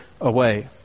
away